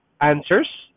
answers